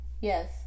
Yes